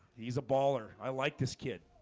he's a baller i like this kid